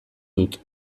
dut